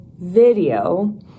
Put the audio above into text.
video